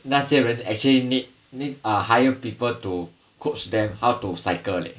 那些人 actually need need to hire people to coach them how to cycle leh